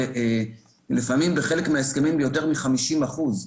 לפעמים בחלק מההסכמים ביותר מ-50 אחוז.